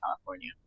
California